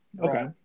Okay